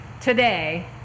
today